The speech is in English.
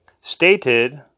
stated